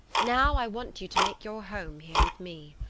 now i want you to make your home here with me.